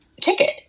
ticket